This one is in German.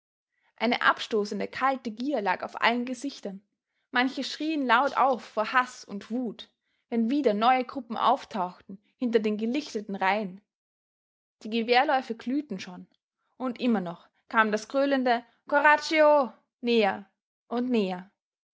eine abstoßende kalte gier lag auf allen gesichtern manche schrieen laut auf vor haß und wut wenn wieder neue gruppen auftauchten hinter den gelichteten reihen die gewehrläufe glühten schon und immer noch kam das gröhlende coraggio näher und näher